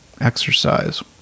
exercise